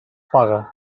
pague